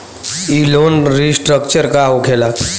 ई loan restructure का होखे ला?